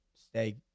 stay